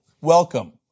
Welcome